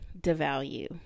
devalue